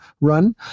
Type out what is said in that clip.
run